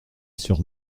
sur